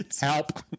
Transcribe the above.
help